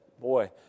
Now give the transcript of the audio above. boy